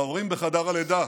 ההורים בחדר הלידה.